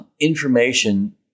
Information